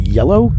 Yellow